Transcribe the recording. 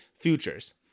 futures